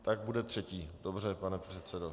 Tak bude třetí, dobře, pane předsedo.